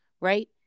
Right